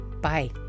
Bye